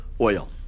oil